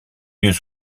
mieux